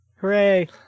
Hooray